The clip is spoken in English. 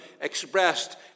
expressed